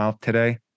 today